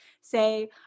say